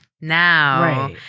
Now